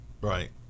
Right